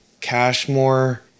Cashmore